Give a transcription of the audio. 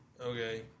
Okay